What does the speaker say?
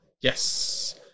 Yes